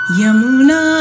Yamuna